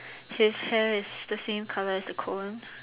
his hair is the same colour as the cone